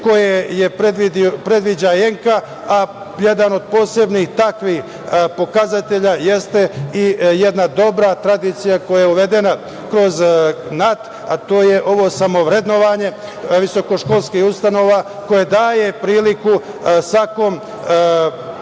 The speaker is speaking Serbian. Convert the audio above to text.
koje predviđa ENKA, a jedan od posebnih takvih pokazatelja jeste i jedna dobra tradicija koja je uvedena kroz NAT, a to je ovo samovrednovanje visokoškolskih ustanova koje daje priliku svakom